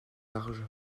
large